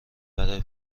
برا